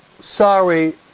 sorry